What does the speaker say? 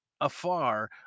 afar